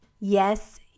Yes